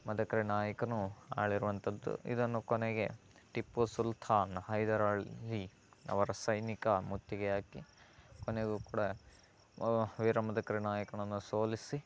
ಮದಕರಿ ನಾಯಕನು ಆಳಿರುವಂಥದ್ದು ಇದನ್ನು ಕೊನೆಗೆ ಟಿಪ್ಪು ಸುಲ್ತಾನ್ ಹೈದರಾಲಿ ಅವರ ಸೈನಿಕ ಮುತ್ತಿಗೆ ಹಾಕಿ ಕೊನೆಗೂ ಕೂಡ ವೀರಮದಕರಿ ನಾಯಕನನ್ನ ಸೋಲಿಸಿ